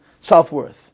self-worth